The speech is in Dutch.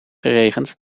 geregend